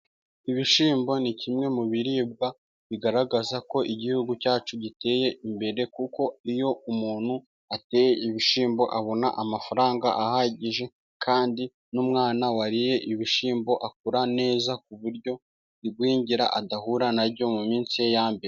Ibishyimbo ni kimwe mu biribwa bigaragaza ko igihugu cyacu giteye imbere, kuko iyo umuntu ateye ibishyimbo abona amafaranga ahagije, kandi n'umwana wariye ibishyimbo akura neza, ku buryo igwingira adahura na ryo mu minsi ye ya mbere.